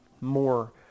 more